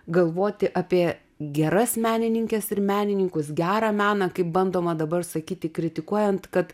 galvoti apie geras menininkes ir menininkus gerą meną kaip bandoma dabar sakyti kritikuojant kad